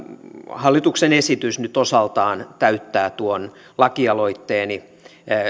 hallituksen esitys nyt osaltaan täyttää tuon lakialoitteeni